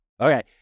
Okay